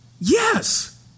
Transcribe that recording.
Yes